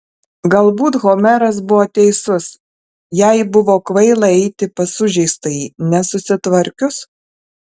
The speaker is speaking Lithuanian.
galbūt homeras buvo teisus jai buvo kvaila eiti pas sužeistąjį nesusitvarkius